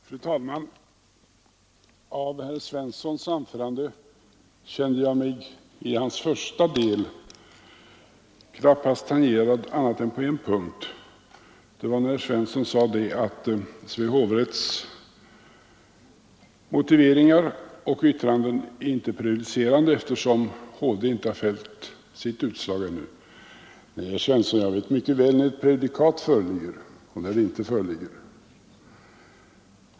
Fru talman! Av herr Svenssons i Eskilstuna anförande, första delen, kände jag mig knappast tangerad annat än på en punkt. Det var när herr Svensson sade att Svea hovrätts motiveringar och yttranden inte är prejudicerande eftersom HD inte har fällt sitt uttalande ännu. Nej, herr Svensson, jag vet mycket väl när ett prejudikat föreligger eller inte.